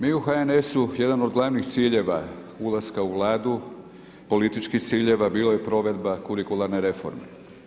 Mi u HNS-u jedan od glavnih ciljeva ulaska u vladu, političkih ciljeva, bila je provedba kurikularne reforme.